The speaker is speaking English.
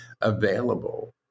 available